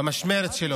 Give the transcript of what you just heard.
במשמרת שלו.